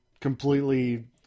completely